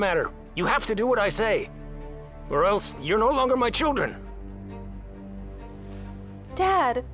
matter you have to do what i say or else you're no longer my children dad